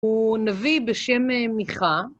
הוא נביא בשם מיכה.